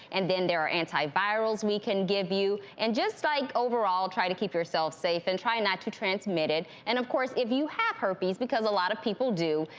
and then there are antivirals we can give you, and just like overall try to keep yourself safe and try not to transmit it. and of course if you have herpes, because a lot of people do,